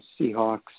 Seahawks